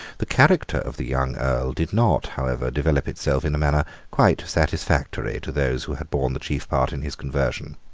the character of the young earl did not however develop itself in a manner quite satisfactory to those who had borne the chief part in his conversion.